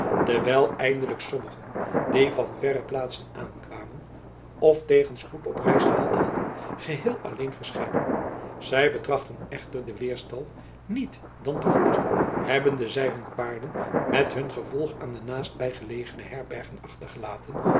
terwijl eindelijk sommigen die van verre plaatsen aankwamen of tegenspoed op reis gehad hadden geheel alleen verschenen zij betraden echter den weerstal niet dan te voet hebbende zij hun paarden met hun gevolg aan de naastbijgelegene herbergen achtergelaten